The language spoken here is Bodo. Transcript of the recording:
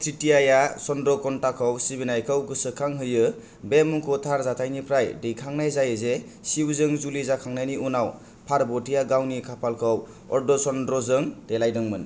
तृतीयाआ चंद्रघंटाखौ सिबिनायखौ गोसोखां होयो बे मुंखौ थार जाथायनिफ्राय दैखांनाय जायो जे शिवजों जुलि जाखांनायनि उनाव पार्वतीआ गावनि खाफालखौ अर्धचंद्र जों देलायदों मोन